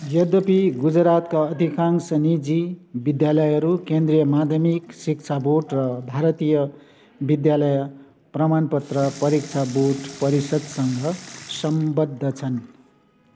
यद्यपि गुजरातका अधिकांश निजी विद्यालयहरू केन्द्रीय माध्यमिक शिक्षा बोर्ड र भारतीय विद्यालय प्रमाणपत्र परीक्षा बोर्ड परिषद्सँग सम्बद्ध छन्